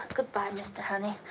good-bye, mr. honey.